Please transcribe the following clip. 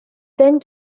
then